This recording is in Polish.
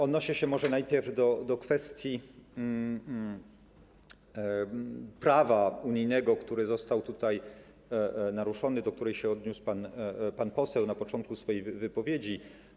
Odniosę się może najpierw do kwestii prawa unijnego, która została tutaj poruszona, do której odniósł się pan poseł na początku swojej wypowiedzi.